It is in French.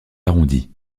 arrondies